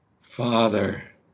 Father